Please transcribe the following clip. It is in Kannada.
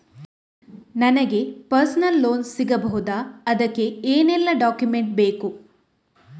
ನನಗೆ ಪರ್ಸನಲ್ ಲೋನ್ ಸಿಗಬಹುದ ಅದಕ್ಕೆ ಏನೆಲ್ಲ ಡಾಕ್ಯುಮೆಂಟ್ ಬೇಕು?